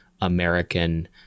American